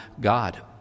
God